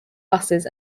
buses